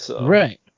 Right